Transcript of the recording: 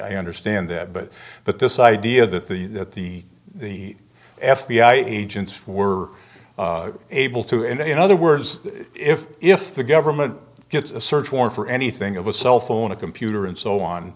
understand that but but this idea that the that the the f b i agents were able to and in other words if if the government gets a search warrant for anything of a cell phone a computer and so on